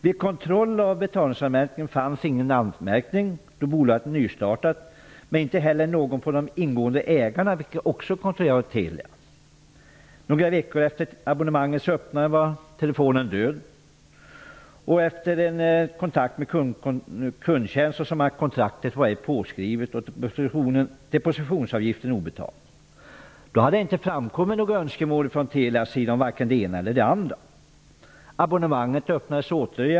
Vid kontroll av betalningsanmärkning fanns ingen anmärkning, då bolaget var nystartat, men inte heller hos de ingående ägarna vilka också kontrollerades av Några veckor efter abonnemangets öppnande var telefonen död. Efter en kontakt med Telias kundtjänst befanns det att kontraktet inte var påskrivet och att depositionsavgiften var obetald. Det hade inte kommit några önskemål från Telias sida om varken det ena eller det andra. Abonnemanget öppnades åter.